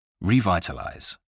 Revitalize